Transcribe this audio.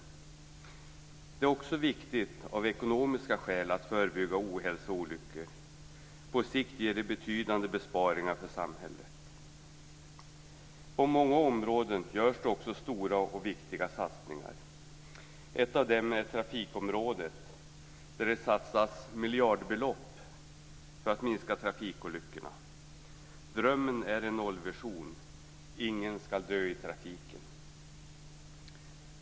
Det är också viktigt av ekonomiska skäl att förebygga ohälsa och olyckor. På sikt ger det betydande besparingar för samhället. På många områden görs det också stora och viktiga satsningar. Ett av dem är trafikområdet där det satsas miljardbelopp för att minska trafikolyckorna. Drömmen är en nollvision - ingen ska dö i trafiken.